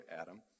Adam